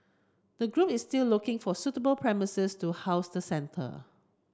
the group is still looking for suitable premises to house the centre